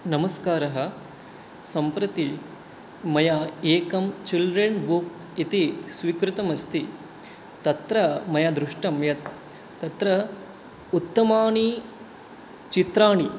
नमस्कारः सम्प्रति मया एकं चिल्ड्रन् बुक् इति स्वीकृतम् अस्ति तत्र मया दृष्टं यत् तत्र उत्तमानि चित्राणि